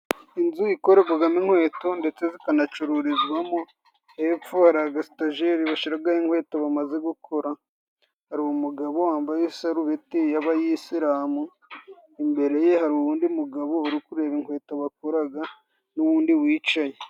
Inzu ikorerwamo inkweto ndetse zikanacururizwamo, hepfo hari agasitajeri bashyiraho inkweto bamaze gukora, hari umugabo wambaye isarubeti y'abayisilamu, imbere ye hari uwundi mugabo uri kureba inkweto bakora n'undi wicaye.